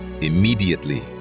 Immediately